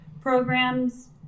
programs